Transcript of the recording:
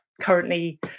currently